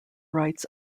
rights